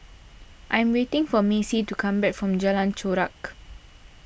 I am waiting for Macy to come back from Jalan Chorak